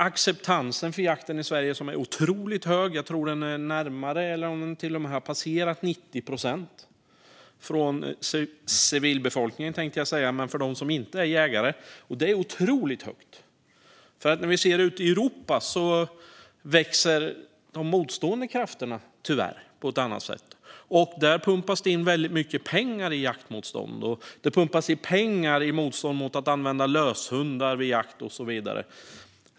Acceptansen för jakt i Sverige är också otroligt hög. Jag tror att den är närmare eller till och med har passerat 90 procent hos civilbefolkningen, höll jag på att säga, alltså hos dem som inte är jägare. Det är otroligt högt. Ute i Europa växer tyvärr de motstående krafterna på ett annat sätt. Där pumpas det också in väldigt mycket pengar i jaktmotstånd. Det pumpas in pengar i motstånd mot att använda löshundar vid jakt och så vidare.